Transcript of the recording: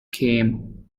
came